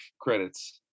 credits